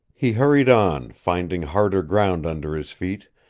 he hurried on, finding harder ground under his feet,